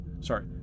sorry